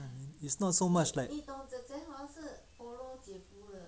it's not so much like